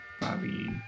Bobby